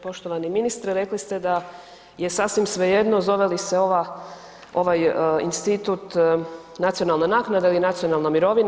Poštovani ministre, rekli ste da je sasvim svejedno zove li se ovaj institut nacionalna naknada ili nacionalna mirovina.